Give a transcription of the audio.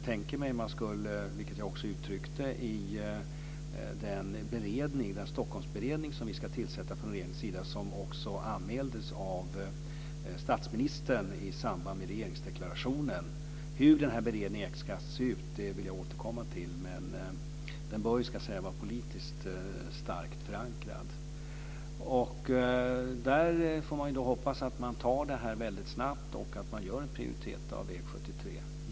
Det har jag också uttryckt i samband den Stockholmsberedning som vi ska tillsätta från regeringens sida. Den anmäldes ju av statsministern i samband med regeringsdeklarationen. Hur beredningen ska se ut vill jag återkomma till men den bör ju, ska jag säga, vara politiskt starkt förankrad. Där får man hoppas att man beslutar om det här väldigt snabbt och gör en prioritering av väg 73.